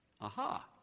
Aha